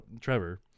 Trevor